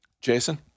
Jason